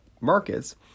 markets